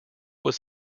was